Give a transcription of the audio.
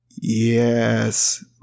Yes